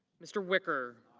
mr. wicker.